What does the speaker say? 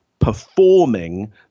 performing